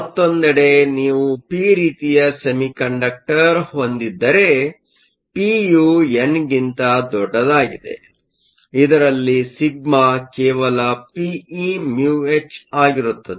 ಮತ್ತೊಂದೆಡೆ ನೀವು ಪಿ ರೀತಿಯ ಸೆಮಿಕಂಡಕ್ಟರ್ ಹೊಂದಿದ್ದರೆ ಪಿಯು ಎನ್ಗಿಂತ ದೊಡ್ಡದಾಗಿದೆ ಇದರಲ್ಲಿ ಸಿಗ್ಮಾ ಕೇವಲ peμh ಆಗಿರುತ್ತದೆ